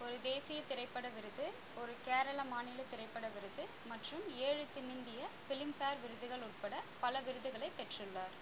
ஒரு தேசியத் திரைப்பட விருது ஒரு கேரள மாநிலத் திரைப்பட விருது மற்றும் ஏழு தென்னிந்திய பிலிம்பேர் விருதுகள் உட்பட பல விருதுகளைப் பெற்றுள்ளார்